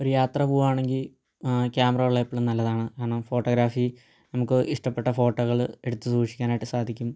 ഒരു യാത്ര പോകാണെങ്കിൽ ക്യാമറ ഉള്ളത് എപ്പോഴും നല്ലതാണ് കാരണം ഫോട്ടോഗ്രാഫി നമുക്ക് ഇഷ്ടപ്പെട്ട ഫോട്ടോകൾ എടുത്ത് സൂക്ഷിക്കാനായിട്ട് സാധിക്കും